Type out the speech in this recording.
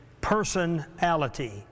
personality